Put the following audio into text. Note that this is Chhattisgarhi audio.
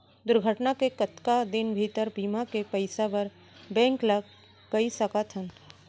दुर्घटना के कतका दिन भीतर बीमा के पइसा बर बैंक ल कई सकथन?